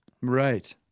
Right